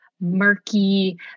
murky